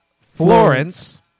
Florence